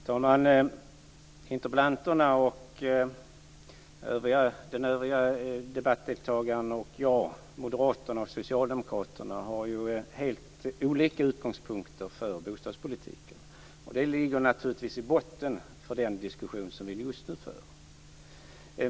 Fru talman! Interpellanten, den övriga debattdeltagaren och jag - Moderaterna och Socialdemokraterna - har ju helt olika utgångspunkter för bostadspolitiken. Det ligger naturligtvis i botten för den diskussion som vi just nu för.